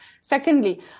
Secondly